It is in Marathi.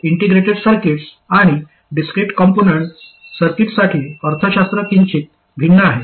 इंटिग्रेटेड सर्किट्स आणि डिस्क्रिट कंपोनंट सर्किट्ससाठी अर्थशास्त्र किंचित भिन्न आहे